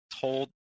told